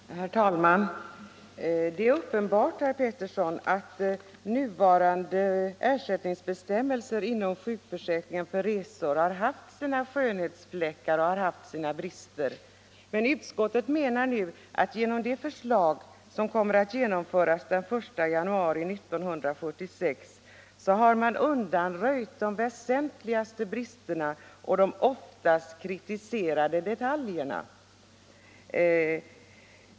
Herr talman! Det är uppenbart, herr Pettersson i Västerås, att nuvarande Sjukförsäkringen, bestämmelser om ersättning inom sjukförsäkringen för resor har haft sina skönhetsfläckar och brister. Men utskottet menar nu att genom det förslag som kommer att genomföras den 1 januari 1976 har man undanröjt de väsentligaste bristerna och de oftast kritiserade detaljerna.